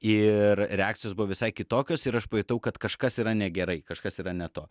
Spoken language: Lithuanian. ir reakcijos buvo visai kitokios ir aš pajutau kad kažkas yra negerai kažkas yra ne to